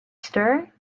stir